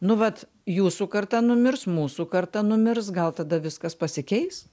nu vat jūsų karta numirs mūsų karta numirs gal tada viskas pasikeis